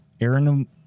Aaron